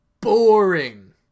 boring